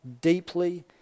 deeply